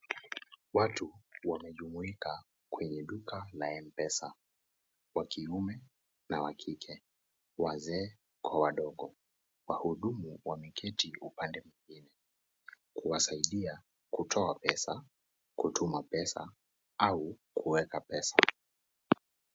Watu wamejumuika kwenye duka la Mpesa. Wakiume na wa kike. Wazee kwa wadogo, wahudumu wameketi upande mwingine. Kuwasaidia kutoa pesa, kutuma pesa au kuweka pesa.